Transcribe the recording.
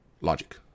Logic